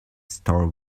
store